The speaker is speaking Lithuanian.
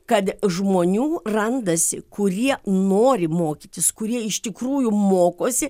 kad žmonių randasi kurie nori mokytis kurie iš tikrųjų mokosi